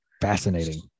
Fascinating